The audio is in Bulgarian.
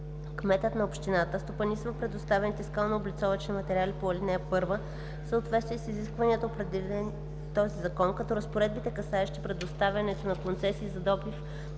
Кметът на общината стопанисва предоставените скалнооблицовъчни материали по ал. 1 в съответствие с изискванията, определени в този закон, като разпоредбите, касаещи предоставянето на концесии за добив